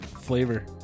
flavor